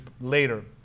later